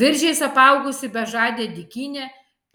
viržiais apaugusi bežadė dykynė